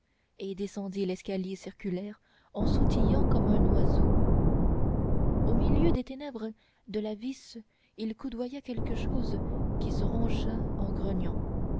et descendit l'escalier circulaire en sautillant comme un oiseau au milieu des ténèbres de la vis il coudoya quelque chose qui se rangea en grognant